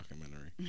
documentary